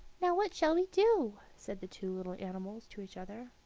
now, what shall we do? said the two little animals to each other.